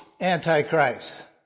Antichrist